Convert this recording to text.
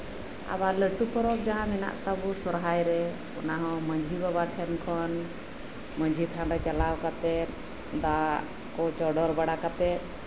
ᱟᱵᱟᱨ ᱞᱟᱹᱴᱩ ᱯᱚᱨᱚᱵᱽ ᱡᱟᱸᱦᱟ ᱢᱮᱱᱟᱜ ᱛᱟᱵᱚᱱ ᱥᱚᱨᱦᱟᱭᱨᱮ ᱚᱱᱟ ᱦᱚᱸ ᱢᱟᱹᱡᱷᱤ ᱵᱟᱵᱟ ᱴᱷᱮᱱ ᱠᱷᱚᱱ ᱢᱟᱹᱡᱷᱤ ᱛᱷᱟᱱᱨᱮ ᱪᱟᱞᱟᱣ ᱠᱟᱛᱮᱜ ᱫᱟᱜ ᱠᱚ ᱪᱚᱰᱚᱨ ᱵᱟᱲᱟ ᱠᱟᱛᱮᱜ